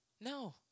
no